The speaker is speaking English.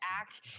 act